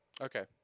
Okay